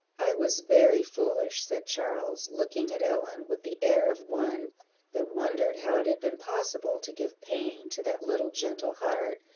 i was very foolish, said charles, looking at ellen with the air of one that wondered how it had been possible to give pain to that little gentle heart,